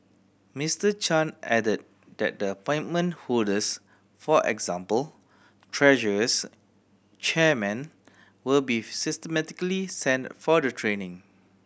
Mister Chan added that the appointment holders for example treasurers chairmen will be systematically sent for the training